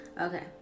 Okay